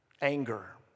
anger